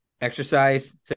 exercise